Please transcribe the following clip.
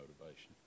motivation